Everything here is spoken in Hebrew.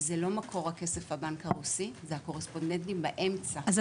זה לא מקור הכסף של הבנק הרוסי זה הקורספונדנטים באמצע.